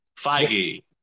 Feige